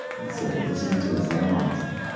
and so, this is lieutenant sam robinson,